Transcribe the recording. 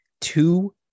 two